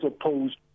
opposed